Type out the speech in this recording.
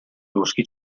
boschi